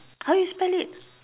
how you spell it